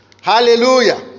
hallelujah